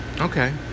Okay